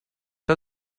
der